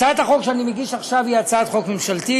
הצעת החוק שאני מגיש עכשיו היא הצעת חוק ממשלתית.